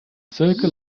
zirkel